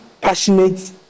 passionate